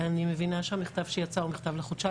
אני מבינה שהמכתב שיצא הוא מכתב לחודשיים.